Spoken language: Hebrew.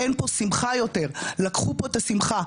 אין פה שמחה יותר, לקחו פה את השמחה.